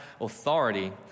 authority